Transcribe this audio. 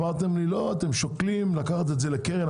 אמרתם לי: לא, אתם שוקלים לקחת את זה לקרן.